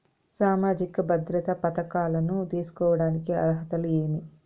సామాజిక భద్రత పథకాలను తీసుకోడానికి అర్హతలు ఏమి?